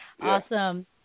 Awesome